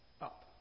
up